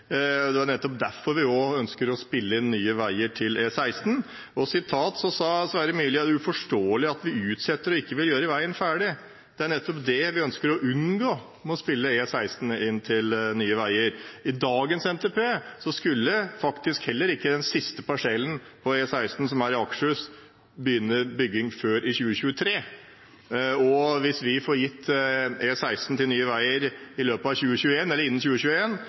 ikke. Det var også nettopp derfor vi ønsket å spille inn Nye Veier til E16. Sverre Myrli sa at det er uforståelig at vi utsetter og ikke vil gjøre veien ferdig, men det er nettopp det vi ønsker å unngå ved å spille E16 inn til Nye Veier. I dagens NTP skulle faktisk heller ikke byggingen av den siste parsellen på E16, som er i Akershus, begynne før i 2023. Hvis vi får gitt E16 til Nye Veier innen 2021, ligger alt til rette for at vi kan komme i